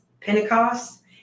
pentecost